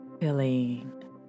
feeling